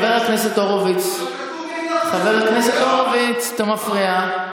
חבר הכנסת הורוביץ, חבר הכנסת הורוביץ, אתה מפריע.